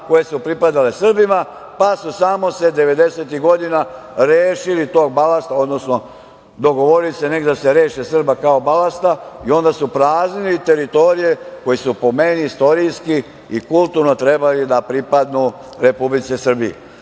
koje su pripadale Srbima pa su devedesetih godina rešili tog balasta, odnosno dogovorili se neki da se reše Srba kao balasta i onda su praznili teritorije koje su po meni istorijski i kulturno trebali da pripadnu Republici Srbiji. Da